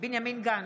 בנימין גנץ,